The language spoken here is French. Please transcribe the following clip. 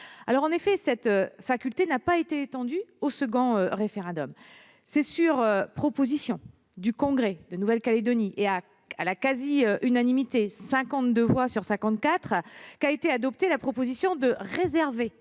». En effet, cette faculté n'a pas été étendue au deuxième référendum. C'est sur proposition du Congrès de la Nouvelle-Calédonie, et à la quasi-unanimité- 52 voix sur 54 -, qu'a été adoptée la proposition de réserver